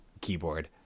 keyboard